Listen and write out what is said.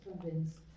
convinced